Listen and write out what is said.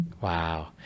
wow